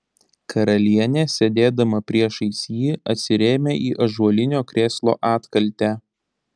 karalienė sėdėdama priešais jį atsirėmė į ąžuolinio krėslo atkaltę